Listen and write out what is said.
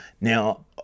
now